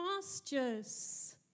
pastures